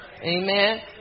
amen